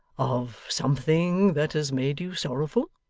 of something that has made you sorrowful